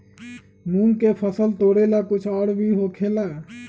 मूंग के फसल तोरेला कुछ और भी होखेला?